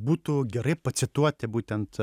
būtų gerai pacituoti būtent